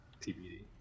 TBD